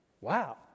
wow